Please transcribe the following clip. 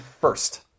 first